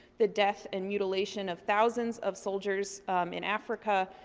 the death and mutilation of thousands of soldiers in africa,